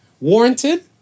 warranted